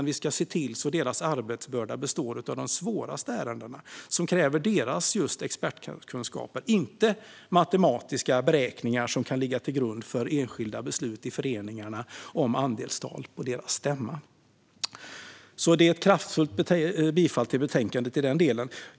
Vi ska dock se till att deras arbetsbörda består av de svåraste ärendena som kräver just deras expertkunskaper, inte av matematiska beräkningar som kan ligga till grund för enskilda beslut om andelstal på en föreningsstämma. Jag ställer mig alltså kraftfullt bakom betänkandet i den delen.